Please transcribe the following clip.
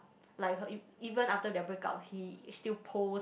like her e~ even after their break up he still post